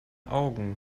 augen